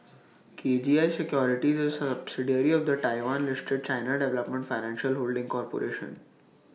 K G I securities is A subsidiary of the Taiwan listed China development financial holding corporation